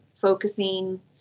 focusing